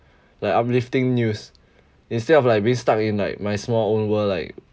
like uplifting news instead of like being stuck in like my small own world like